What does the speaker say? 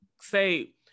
say